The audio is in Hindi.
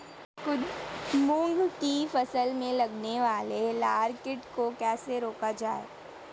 मूंग की फसल में लगने वाले लार कीट को कैसे रोका जाए?